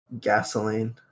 gasoline